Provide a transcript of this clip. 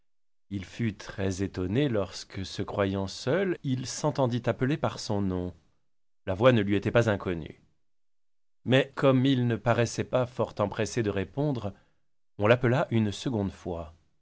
il fut très-étonné lorsque se croyant seul il s'entendit appeler par son nom la voix ne lui était pas inconnue mais comme il ne paraissait pas fort empressé de répondre on l'appela une seconde fois